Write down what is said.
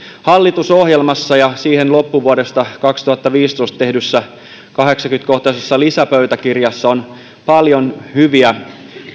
hallitusohjelmassa ja siihen loppuvuodesta kaksituhattaviisitoista tehdyssä kahdeksankymmentä kohtaisessa lisäpöytäkirjassa on paljon hyviä